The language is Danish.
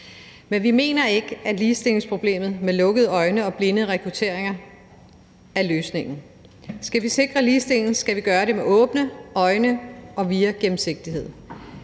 Men vi mener ikke, at lukkede øjne og blinde rekrutteringer er løsningen på ligestillingsproblemet. Skal vi sikre ligestilling, skal vi gøre det med åbne øjne og via gennemsigtighed.